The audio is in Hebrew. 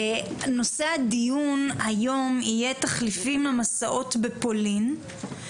נושא הדיון היום יהיה: תחליפים למסעות לפולין.